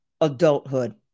adulthood